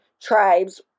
tribes